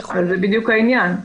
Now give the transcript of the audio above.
תשובה לעניין הזה.